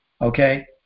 Okay